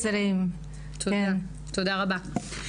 הוא מעל 20. תודה רבה.